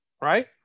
right